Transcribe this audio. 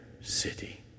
city